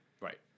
Right